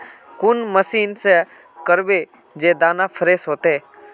कौन मशीन से करबे जे दाना फ्रेस होते?